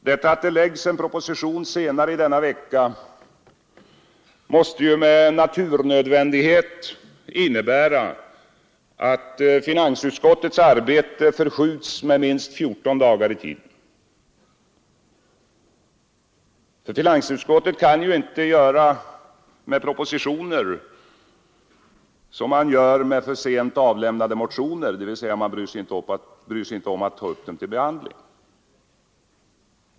Att det framläggs en proposition senare denna vecka måste med naturnödvändighet innebära att finansutskottets arbete förskjuts i tiden med minst 14 dagar. Finansutskottet kan ju inte göra med propositioner som man gör med för sent avlämnade motioner: man bryr sig inte om att ta upp dem till behandling.